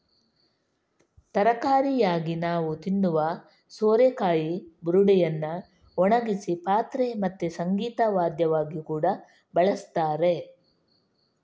ತರಕಾರಿಯಾಗಿ ನಾವು ತಿನ್ನುವ ಸೋರೆಕಾಯಿ ಬುರುಡೆಯನ್ನ ಒಣಗಿಸಿ ಪಾತ್ರೆ ಮತ್ತೆ ಸಂಗೀತ ವಾದ್ಯವಾಗಿ ಕೂಡಾ ಬಳಸ್ತಾರೆ